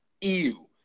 Ew